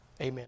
Amen